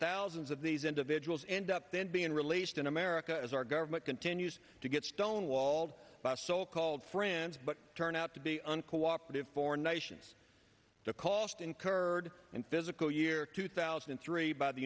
thousands of these individuals end up then being released in america as our government continues to get stuck in walled the so called friends but turn out to be uncooperative foreign nations the cost incurred in physical year two thousand and three by the